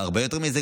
והרבה יותר מזה,